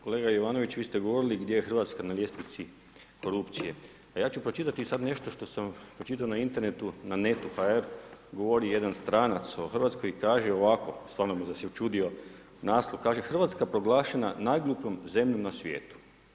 Kolega Jovanović, vi ste govorili gdje je Hrvatska na ljestvici korupcije, a ja ću pročitati sada nešto što sam pročitao na internetu, na net.hr, govori jedan stranac o Hrvatskoj i kaže ovako, stvarno me začudio naslov, kaže, Hrvatska proglašena najglupljom zemljom na svijetu.